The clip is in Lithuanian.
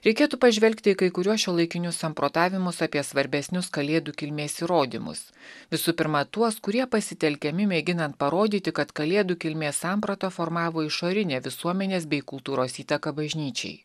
reikėtų pažvelgti į kai kuriuos šiuolaikinius samprotavimus apie svarbesnius kalėdų kilmės įrodymus visų pirma tuos kurie pasitelkiami mėginant parodyti kad kalėdų kilmės samprata formavo išorinė visuomenės bei kultūros įtaka bažnyčiai